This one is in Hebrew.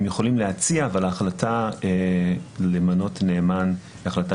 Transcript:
הם יכולים להציע אבל ההחלטה למנות נאמן היא החלטה